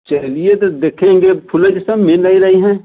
चलिए तो देखेंगे फूल इस टाइम मिल नहीं रही है